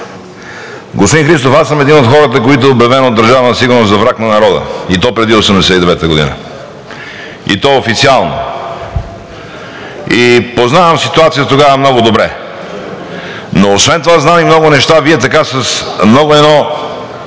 Господин Христов, аз съм един от хората, който е обявен от Държавна сигурност за враг на народа, и то преди 1989 г., и то официално, познавам ситуацията тогава много добре. Но освен това знам и много неща. Вие така с едно